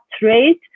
trade